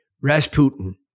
Rasputin